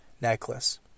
Necklace